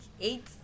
eight